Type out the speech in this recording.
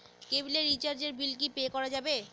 কেবিলের রিচার্জের বিল কি পে করা যাবে?